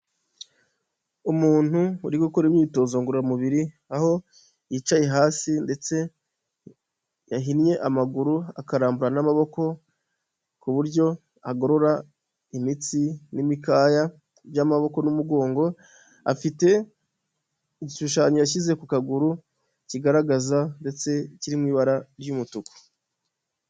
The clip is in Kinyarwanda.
Umuntu uri gukora imyitozo ngororamubiri, aho yicaye hasi ndetse yahinnye amaguru akarambura n'amaboko, ku buryo agorora imitsi n'imikaya by'amaboko n'umugongo, afite igishushanyo yashyize ku kaguru kigaragaza ndetse kiri mu ibara ry'umutuku.